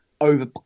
over